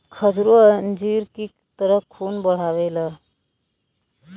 खजूरो अंजीर की तरह खून बढ़ावेला